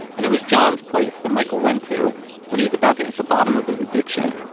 and it was john's place that michael went to when he was about to hit the bottom of his addiction.